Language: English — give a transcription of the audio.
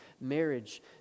marriage